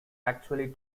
actually